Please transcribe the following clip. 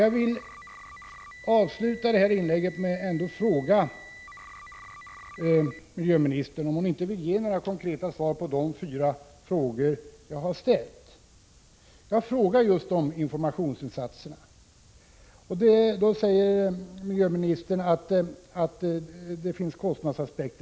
Jag vill ändå avsluta detta inlägg med att fråga om inte Birgitta Dahl vill ge minska kväveutsläppen några konkreta svar på de fyra frågor som jag ställde. Jag frågade om informationsinsatserna. Då säger miljöministern att det finns en kostnadsaspekt.